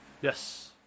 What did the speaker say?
Yes